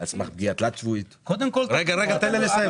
על סמך פגיעה תלת שבועית?